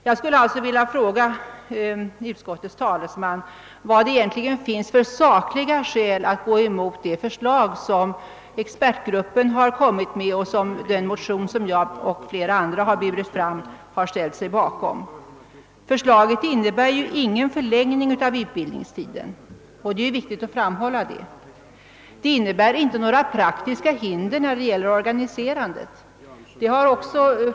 Jag skulle också vilja fråga utskottets talesman vilka sakliga skäl det finns för att gå emot det förslag som expertgruppen har lagt fram och den motion som jag och flera andra har burit fram. Förslaget innebär ingen förlängning av utbildningstiden; det är viktigt att framhålla detta. Det innebär inte några praktiska hinder för organiserandet.